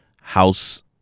house